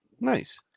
Nice